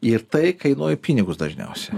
ir tai kainuoja pinigus dažniausia